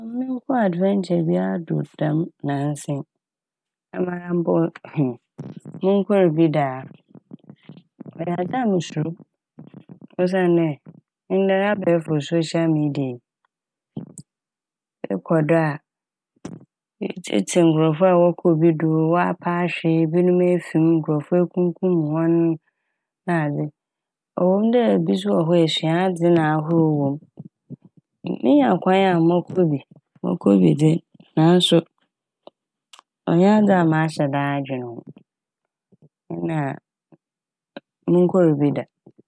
Mennkɔ "adventure" bia do dɛm naasa yi. Amara mpo monnkɔr bi da a ɔyɛ adze a mosuro osiandɛ ndɛ abaefo "social media " yi ekɔ do a etsietsie nkorɔfo a wɔkɔ bi do wɔapa ahwe, binom efi m', nkorɔfo ekumkum hɔn nadze. Ɔwɔ m' dɛ bi so wɔ hɔ esua adze na ahorow wɔ m'. Minya kwan a mɔkɔ bi mɔkɔ bi dze naaso ɔnnyɛ adze a mahyɛ da adwen ho nna monnkɔr bi da.